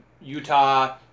Utah